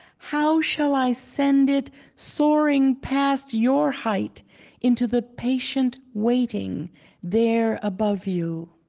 how shall i send it soaring past your height into the patient waiting there above you?